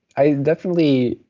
i definitely,